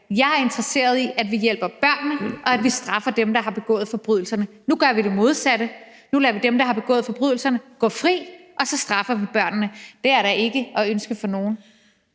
Jeg er interesseret i, at vi hjælper børnene, og at vi straffer dem, der har begået forbrydelserne. Nu gør vi det modsatte; nu lader vi dem, der har begået forbrydelserne, gå fri, og så straffer vi børnene. Det er da ikke at ønske for nogen.